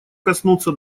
коснуться